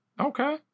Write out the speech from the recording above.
Okay